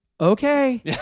okay